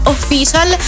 Official